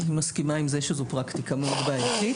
אני מסכימה עם זה שזאת פרקטיקה מאוד בעייתית.